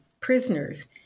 prisoners